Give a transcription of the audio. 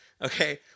Okay